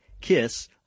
kiss